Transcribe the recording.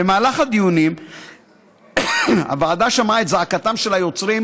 במהלך הדיונים הוועדה שמעה את זעקתם של היוצרים